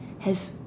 has